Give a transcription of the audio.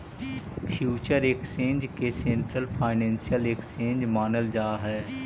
future exchange के central financial exchange मानल जा हइ